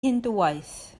hindŵaeth